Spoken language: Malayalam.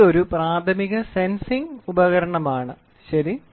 ഇതൊരു പ്രാഥമിക സെൻസിംഗ് ഉപകരണമാണ് ശരി